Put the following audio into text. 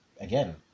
again